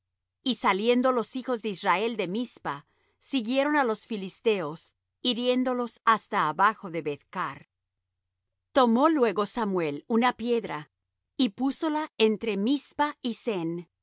y saliendo los hijos de israel de mizpa siguieron á los filisteos hiriéndolos hasta abajo de beth car tomó luego samuel una piedra y púsola entre mizpa y sen